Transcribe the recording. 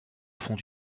fond